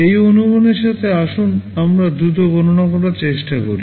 এই অনুমানের সাথে আসুন আমরা দ্রুত গণনা করার চেষ্টা করি